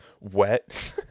Wet